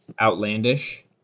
outlandish